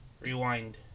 Rewind